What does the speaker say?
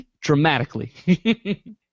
dramatically